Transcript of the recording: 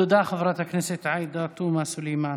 תודה, חברת הכנסת עאידה תומא סלימאן.